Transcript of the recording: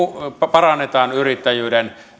parannetaan yrittäjyyden